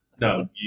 No